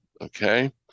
Okay